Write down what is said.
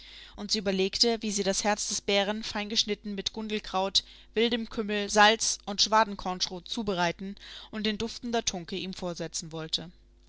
und sie überlegte wie sie das herz des bären feingeschnitten mit gundelkraut wildem kümmel salz und schwadenkornschrot zubereiten und in duftender tunke ihm vorsetzen wollte